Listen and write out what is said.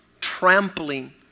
trampling